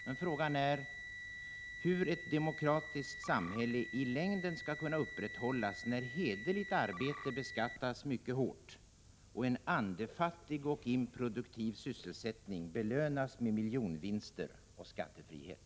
Men frågan är hur ett demokratiskt samhälle i längden skall kunna upprätthållas när hederligt arbete beskattas mycket hårt, medan en andefattig och improduktiv sysselsättning belönas med miljonvinster och skattefrihet.